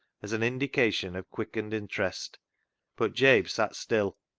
as an indication of quickened interest but jabe sat still,